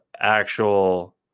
Actual